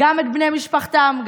גם את בני משפחתם,